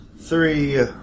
three